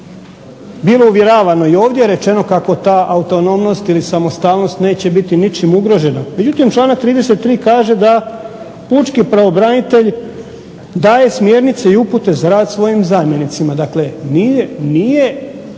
bilo uvjeravano i ovdje rečeno kako ta autonomnost ili samostalnost neće biti ničim ugrožena. Međutim, članak 33. kaže da pučki pravobranitelj daje smjernice i upute za rad svojim zamjenicima. Dakle, nije samostalnost